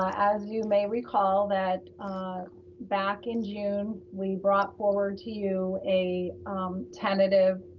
um as you may recall that back in june, we brought forward to you a tentative